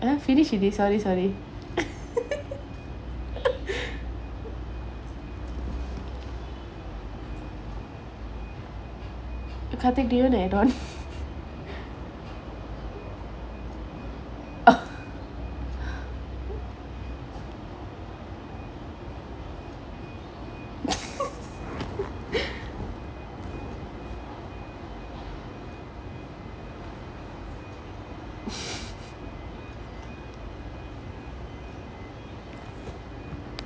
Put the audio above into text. finish with this sorry sorry karthik do you want to add on oh